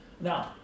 Now